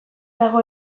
dago